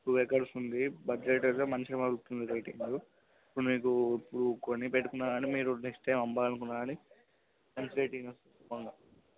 two acres ఉంది budget అయితే మంచిగా పలుకుతుంది రేటింగు ఇప్పుడు మీకు కు కొని పెట్టుకున్న కానీ మీరు నెక్స్ట్ టైం అమ్మాలి అనుకున్న కానీ మంచి రేటింగ్ వస్తుంది పొగా